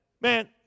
man